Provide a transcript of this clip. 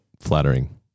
Flattering